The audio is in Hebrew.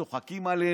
האם אתם צוחקים עלינו?